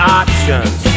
options